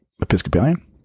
Episcopalian